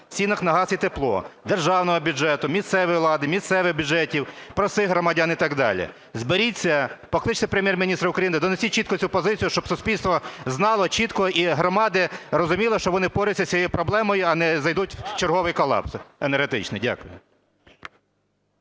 цінах на газ і тепло –державного бюджету, місцевої влади, місцевих бюджетів, простих громадян і так далі? Зберіться, покличте Прем'єр-міністра України, донесіть чітко цю позицію, щоб суспільство знало чітко і громади розуміли, що вони впораються з цією проблемою, а не зайдуть в черговий колапс енергетичний. Дякую.